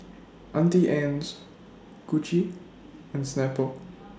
Auntie Anne's Gucci and Snapple